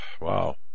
wow